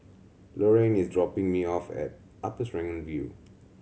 Lorraine is dropping me off at Upper Serangoon View